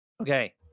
Okay